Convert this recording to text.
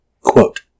Quote